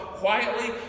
Quietly